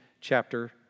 chapter